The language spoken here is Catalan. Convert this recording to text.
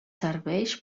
serveix